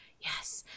Yes